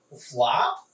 flop